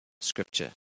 scripture